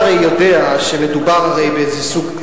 אתה הרי יודע שמדובר באיזה סוג,